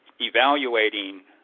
evaluating